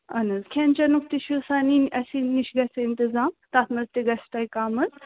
اَہَن حَظ کھٮ۪ن چٮ۪نک تہِ چھُ سانٕے اَسہِ نِش گژھِ اِنتظام تتھ منٛز تہِ گژھِ تۄہہ کم حَظ